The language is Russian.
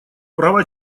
права